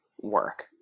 work